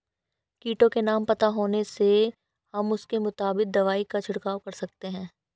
कीटों के नाम पता होने से हम उसके मुताबिक दवाई का छिड़काव कर सकते हैं